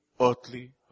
earthly